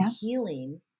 healing